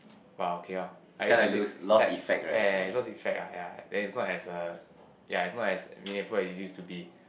!wow! okay orh as as in it's like ya ya ya it's lost effect ah ya then it's not as uh ya it's not as meaningful as it used to be